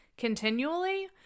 continually